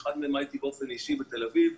באחד מהם הייתי באופן אישי בתל אביב.